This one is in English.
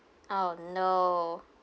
oh no